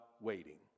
waiting